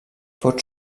pot